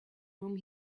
room